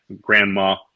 grandma